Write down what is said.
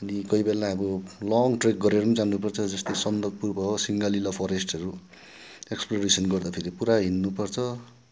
अनि कोही बेला अब लङ ट्रेक गरेर नि जानुपर्छ जस्तै सन्दकपुर भयो सिङ्गलिला फोरेस्टहरू एक्सप्लोरेसन गर्दाखेरि पुरा हिँड्नुपर्छ